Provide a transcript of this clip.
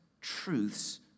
truths